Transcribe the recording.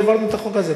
העברנו את החוק הזה,